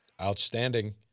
Outstanding